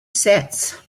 sets